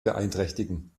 beeinträchtigen